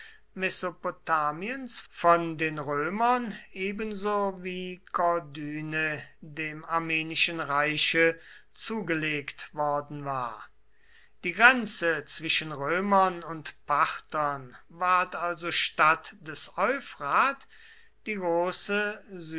mesopotamiens von den römern ebenso wie korduene dem armenischen reiche zugelegt worden war die grenze zwischen römern und parthern ward also statt des euphrat die große